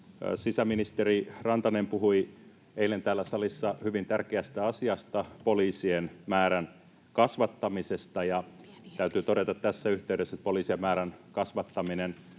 Sisäministeri Rantanen puhui eilen täällä salissa hyvin tärkeästä asiasta: poliisien määrän kasvattamisesta. Täytyy todeta tässä yhteydessä, että poliisien määrän kasvattaminen